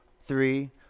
three